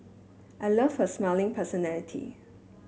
I loved her smiling personality